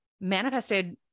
manifested